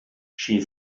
she